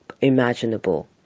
imaginable